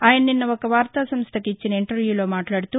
ఆయన నిన్న ఒక వార్తా సంస్లకు ఇచ్చిన ఇంటర్వ్యూలో మాట్లాడుతూ